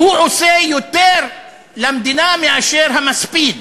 הוא עושה יותר למדינה מאשר המספיד.